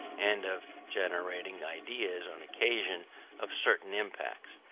and of generating ideas on occasion of certain impacts.